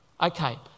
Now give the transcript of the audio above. Okay